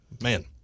man